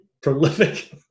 prolific